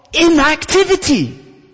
inactivity